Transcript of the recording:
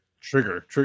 trigger